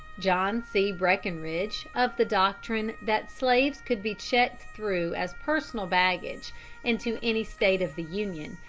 john c. breckinridge of the doctrine that slaves could be checked through as personal baggage into any state of the union,